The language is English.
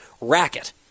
racket